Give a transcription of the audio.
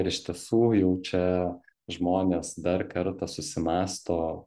ir iš tiesų jau čia žmonės dar kartą susimąsto